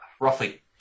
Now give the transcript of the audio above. roughly